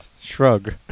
Shrug